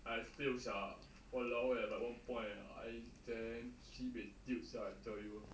I fail sia !walao! eh by one point eh I damn sibeh diu sia I tell you